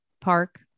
park